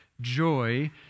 joy